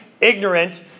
ignorant